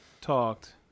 talked